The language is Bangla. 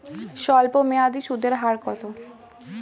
স্বল্পমেয়াদী সুদের হার কত?